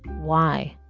why?